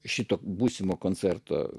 šito būsimo koncerto